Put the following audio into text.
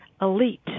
elite